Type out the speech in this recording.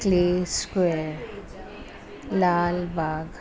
clay square Lalbagh